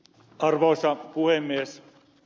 arvoisa puhemies